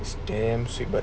it's damn sweet but